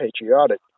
patriotic